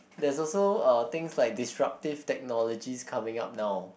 there's also uh things like disruptive technologies coming out now